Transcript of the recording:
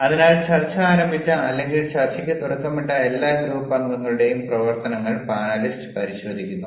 അതിനാൽ ചർച്ച ആരംഭിച്ച അല്ലെങ്കിൽ ചർച്ചയ്ക്ക് തുടക്കമിട്ട എല്ലാ ഗ്രൂപ്പ് അംഗങ്ങളുടെയും പ്രവർത്തനങ്ങൾ പാനലിസ്റ്റ് പരിശോധിക്കുന്നു